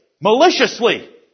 maliciously